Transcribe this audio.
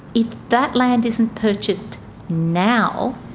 if that land isn't purchased now,